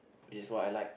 is what I like